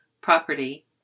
property